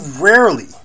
rarely